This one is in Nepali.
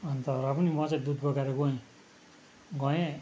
अन्त र पनि म चाहिँ दुध बोकेर गएँ गएँ